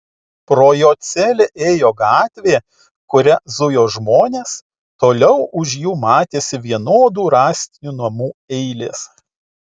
pro jo celę ėjo gatvė kuria zujo žmonės toliau už jų matėsi vienodų rąstinių namų eilės